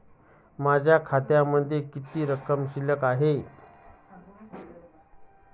माझ्या खात्यामध्ये किती रक्कम शिल्लक आहे?